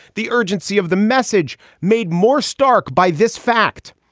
the urgency of the message made more stark by this fact.